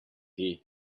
here